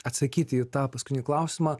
atsakyti į tą paskutinį klausimą